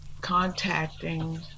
contacting